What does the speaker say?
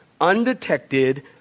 undetected